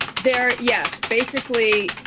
they're, yes. basically,